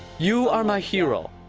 you are my hero.